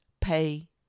pay